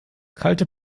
kalte